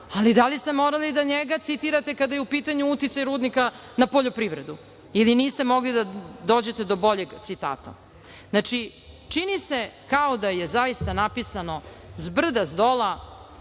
ali da li ste morali da njega citirate kada je u pitanju uticaj rudnika na poljoprivredu ili niste mogli da dođete do boljeg citata? Znači, čini se kao da je zaista napisano zbrda-zdola